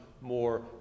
more